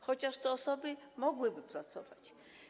Chociaż te osoby mogłyby pracować.